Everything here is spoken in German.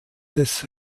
des